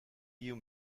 you